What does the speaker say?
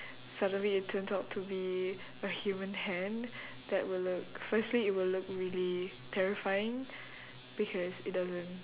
suddenly it turns out to be a human hand that would look firstly it would look really terrifying because it doesn't